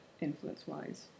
influence-wise